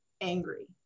angry